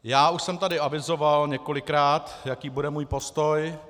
Já už jsem tady avizoval několikrát, jaký bude můj postoj.